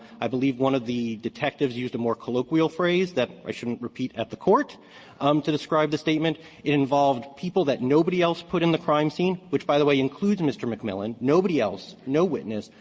i believe one of the detectives used a more colloquial phrase that i shouldn't repeat at the court um to describe the statement. it involved people that nobody else put in the crime scene which, by the way, includes mr. mcmillan. nobody else, no witness,